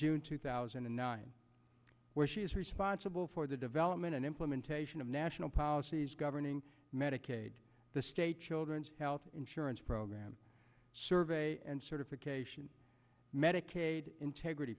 june two thousand and nine where she is responsible for the development and implementation of national policies governing medicaid the state children's health insurance program survey and certification medicaid integrity